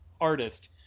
artist